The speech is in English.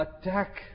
attack